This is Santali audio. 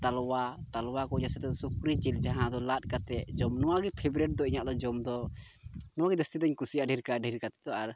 ᱛᱟᱞᱚᱣᱟ ᱛᱟᱞᱚᱣᱟ ᱠᱚ ᱡᱮᱥᱮ ᱫᱚ ᱥᱩᱠᱨᱤ ᱡᱤᱞ ᱡᱟᱦᱟᱸ ᱫᱚ ᱞᱟᱫ ᱠᱟᱛᱮᱫ ᱡᱚᱢ ᱱᱚᱣᱟ ᱜᱮ ᱯᱷᱮᱵᱽᱨᱮᱴ ᱫᱚ ᱤᱧᱟᱹᱜ ᱫᱚ ᱡᱚᱢ ᱫᱚ ᱱᱚᱣᱟ ᱜᱮ ᱡᱟᱹᱥᱛᱤ ᱫᱚᱧ ᱠᱩᱥᱤᱭᱟᱜᱼᱟ ᱰᱷᱮᱨ ᱠᱟᱭ ᱰᱷᱮᱨ ᱠᱟᱭ ᱛᱮᱫᱚ ᱟᱨ